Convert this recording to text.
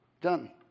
done